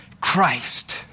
Christ